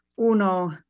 uno